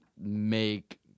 make